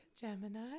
Gemini